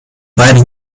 beide